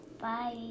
Bye